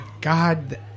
God